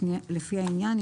לפי העניין,